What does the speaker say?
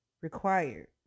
required